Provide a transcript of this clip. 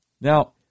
Now